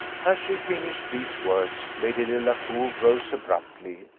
as she finished these words, lady delacour rose abruptly,